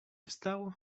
wstał